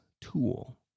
tool